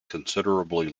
considerably